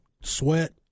Sweat